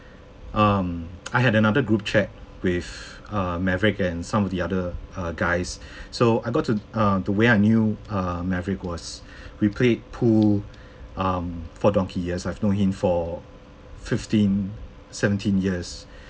um I had another group chat with uh maverick and some of the other uh guys so I got to uh the way I knew maverick was we played pool um for donkey years I've known him for fifteen seventeen years